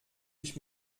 ich